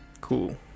Cool